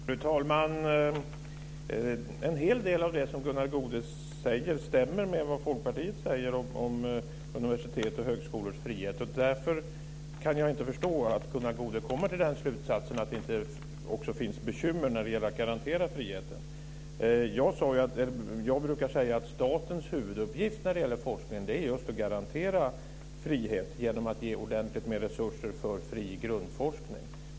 Fru talman! En hel del av det Gunnar Goude säger om universitets och högskolors frihet stämmer med vad Folkpartiet säger. Därför kan jag inte förstå att Gunnar Goude kommer till slutsatsen att det inte också finns bekymmer när det gäller att garantera friheten. Jag brukar säga att statens huvuduppgift när det gäller forskningen är just att garantera frihet genom att ge ordentligt med resurser för fri grundforskning.